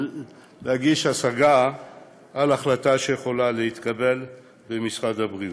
להגיש השגה על החלטה שיכולה להתקבל במשרד הבריאות.